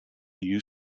new